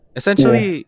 essentially